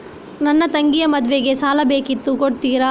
ನನ್ನ ತಂಗಿಯ ಮದ್ವೆಗೆ ಸಾಲ ಬೇಕಿತ್ತು ಕೊಡ್ತೀರಾ?